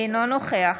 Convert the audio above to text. אינו נוכח